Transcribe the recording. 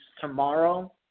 tomorrow